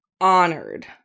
honored